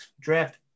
draft